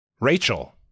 Rachel